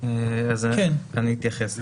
אני אתייחס.